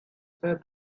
said